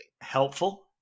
Helpful